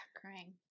Crying